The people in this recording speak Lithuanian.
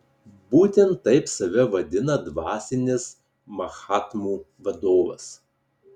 būtent taip save vadina dvasinis mahatmų vadovas